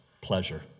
pleasure